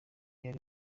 yari